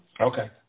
okay